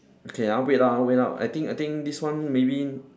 okay uh wait ah wait ah I think I think this one maybe